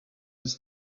pois